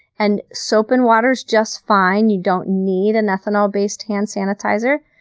and soap and water is just fine. you don't need an ethanol-based hand sanitizer.